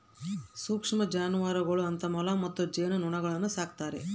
ಸೂಕ್ಷ್ಮ ಜಾನುವಾರುಗಳು ಅಂತ ಮೊಲ ಮತ್ತು ಜೇನುನೊಣಗುಳ್ನ ಸಾಕ್ತಾರೆ